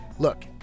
Look